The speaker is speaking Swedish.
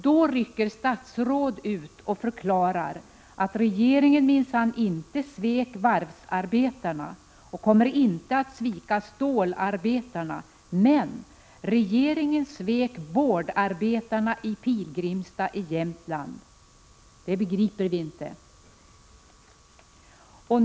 Då rycker statsråd ut och förklarar att regeringen minsann inte svek varvsarbetarna och inte kommer att svika stålarbetarna — men regeringen svek boardarbetarna i Pilgrimstad i Jämtland. Det begriper vi inte.